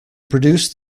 produce